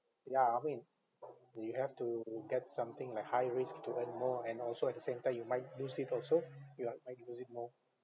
ya I mean you have to get something like high risk to earn more and also at the same time you might lose it also you are like lose it more